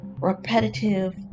repetitive